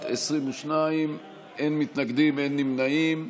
בעד, 22, אין מתנגדים, אין נמנעים.